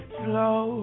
slow